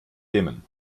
dimmen